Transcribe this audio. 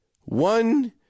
one